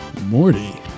Morty